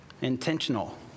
intentional